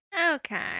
Okay